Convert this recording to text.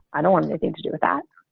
i don't want anything to do with that.